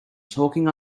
talking